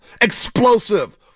Explosive